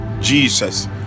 Jesus